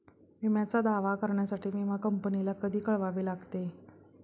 विम्याचा दावा करण्यासाठी विमा कंपनीला कधी कळवावे लागते?